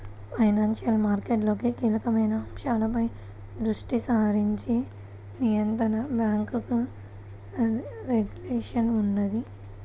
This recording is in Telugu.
ఫైనాన్షియల్ మార్కెట్లలో కీలకమైన అంశాలపై దృష్టి సారించే నియంత్రణగా బ్యేంకు రెగ్యులేషన్ ఉన్నది